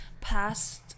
past